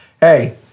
Hey